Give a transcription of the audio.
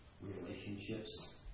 Relationships